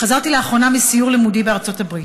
חזרתי לאחרונה מסיור לימודי בארצות הברית,